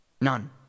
None